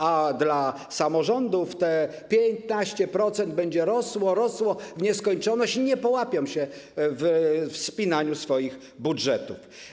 A dla samorządów te 15% będzie rosło, rosło w nieskończoność i nie połapią się w spinaniu swoich budżetów.